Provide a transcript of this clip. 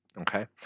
Okay